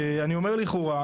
אני אומר לכאורה,